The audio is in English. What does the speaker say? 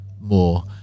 more